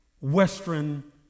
Western